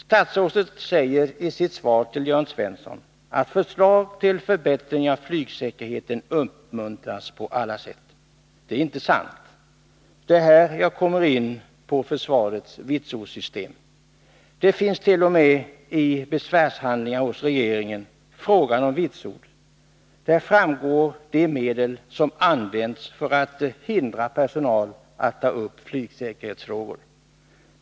Statsrådet säger i sitt svar till Jörn Svensson: ”Förslag till förbättringar av flygsäkerheten uppmuntras på alla sätt.” Det är inte sant — det är här jag kommer in på försvarets vitsordssystem. Frågan om vitsord hart.o.m. tagits upp i besvärshandlingar som finns hos regeringen. Av dem framgår vilka medel som använts för att hindra personal att ta upp flygsäkerhetsfrågor.